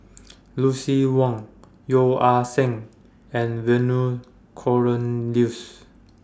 Lucien Wang Yeo Ah Seng and Vernon Cornelius